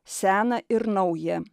sena ir nauja